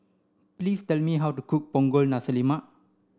please tell me how to cook Punggol Nasi Lemak